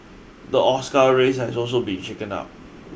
the Oscar race has also been shaken up